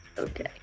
Okay